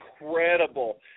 incredible